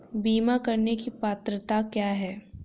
बीमा करने की पात्रता क्या है?